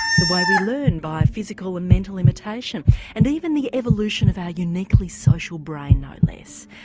the way we learn by physical and mental imitation and even the evolution of our uniquely social brain, no less.